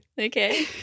Okay